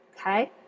Okay